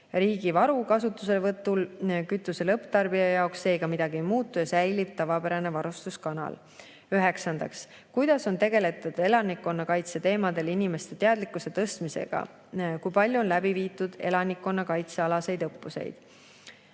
Riigivaru kasutuselevõtul kütuse lõpptarbija jaoks seega midagi ei muutu ja säilib tavapärane varustuskanal. Üheksandaks: "Kuidas on tegeletud elanikkonnakaitse teemadel inimeste teadlikkuse tõstmisega? Kui palju on läbi viidud elanikkonnakaitse alaseid õppusi?"